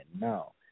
No